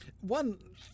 One